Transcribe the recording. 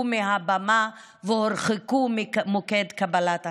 מהבמה והורחקו ממוקד קבלת ההחלטות,